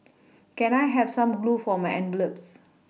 can I have some glue for my envelopes